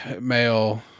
male